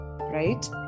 right